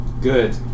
Good